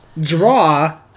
draw